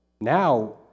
Now